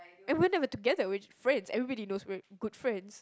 and we were never together we're just friends everybody knows we're good friends